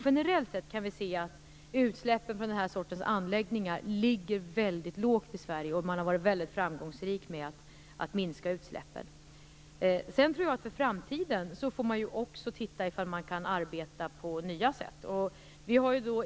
Generellt sett kan vi dock se att utsläppen från anläggningar av detta slag ligger lågt i Sverige. Man har varit framgångsrik med att minska utsläppen. Inför framtiden får vi se om man kan arbeta på nya sätt.